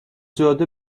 جاده